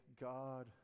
God